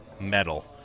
Metal